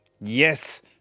yes